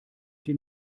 den